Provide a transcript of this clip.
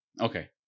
Okay